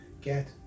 Get